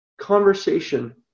conversation